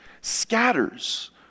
scatters